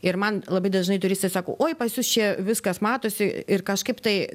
ir man labai dažnai turistai sako oi pas jus čia viskas matosi ir kažkaip tai